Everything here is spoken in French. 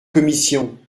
commission